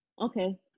Okay